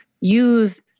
use